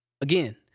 again